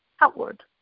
outward